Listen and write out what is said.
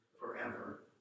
forever